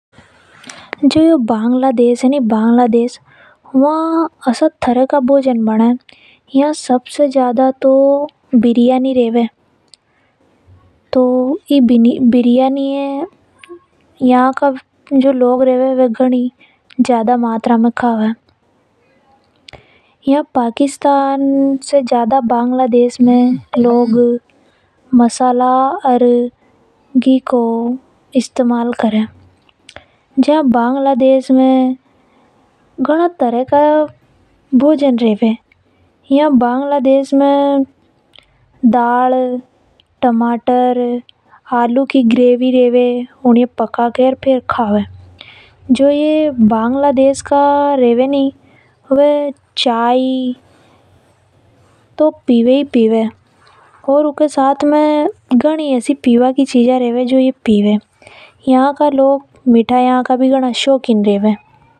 जो यो बांग्लादेश है नि वहां सबसे ज्यादा तो बिरयानी कावे। यहां का लोग घणा चाव से बिरयानी कावे। पाकिस्तान से बांग्लादेश में लोग मसाला को उपयोग करे। यहां बंगलादेश में घणा तरहों को भोजन रेवे जसा की दाल, टमाटर, आलू की ग्रेवी रेवे उन्हें पकाकर के फेर कावे। यहां का लोग चाय भी गनी ज्यादा पी वे। यहां का लोग मिटाया का भी शौकीन रेवे।